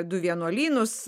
du vienuolynus